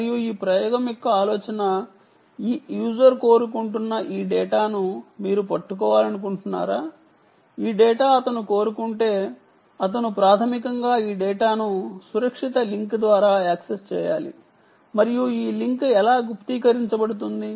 మరియు ఈ ప్రయోగం యొక్క ఆలోచన ఈ యూజర్ కోరుకుంటున్న ఈ డేటాను అతను ప్రాథమికంగా ఈ డేటాను సురక్షిత లింక్ ద్వారా యాక్సెస్ చేయాలి అని అనుకుంటుంన్నాడు మరియు ఈ లింక్ ఎలా గుప్తీకరించబడుతుంది